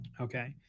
Okay